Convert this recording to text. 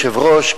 אדוני היושב-ראש,